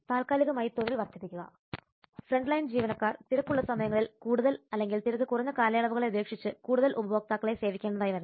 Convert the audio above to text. താൽക്കാലികമായി തൊഴിൽ വർദ്ധിപ്പിക്കുക ഫ്രണ്ട്ലൈൻ ജീവനക്കാർ തിരക്കുള്ള സമയങ്ങളിൽ കൂടുതൽ അല്ലെങ്കിൽ തിരക്ക് കുറഞ്ഞ കാലയളവുകളെ അപേക്ഷിച്ച് കൂടുതൽ ഉപഭോക്താക്കളെ സേവിക്കേണ്ടത് ആയി വരുന്നു